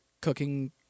cooking